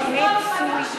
לך לרמאללה.